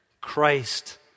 Christ